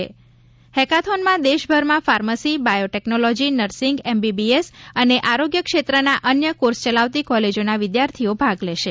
આ હેકાથોનમાં દેશભરમાં ફાર્મસી બાયોટેકનોલોજી નીસિંગ એમબીબીએસ અને આરોગ્ય ક્ષેત્રના અન્ય કોર્સ ચલાવતી કૉલેજોના વિદ્યાર્થીઓ ભાગ લેશે